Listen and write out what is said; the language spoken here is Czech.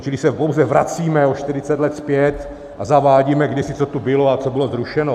Čili se pouze vracíme o 40 let zpět a zavádíme, kdysi co tu bylo a co bylo zrušeno.